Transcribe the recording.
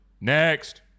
Next